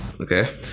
Okay